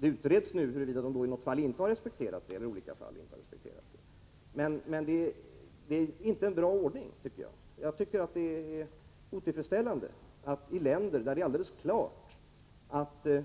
Det utreds nu huruvida de i olika fall inte har respekterat det. Men detta är inte en bra ordning. När det gäller länder om vilka